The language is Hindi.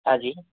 हाँ जी